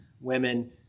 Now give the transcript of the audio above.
women